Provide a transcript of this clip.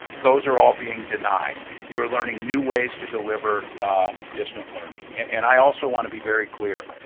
those are all being denied. you're learning new ways to deliver distant learning, and i also want to be very clear,